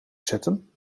zetten